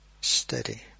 steady